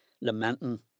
lamenting